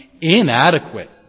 inadequate